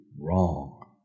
wrong